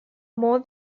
more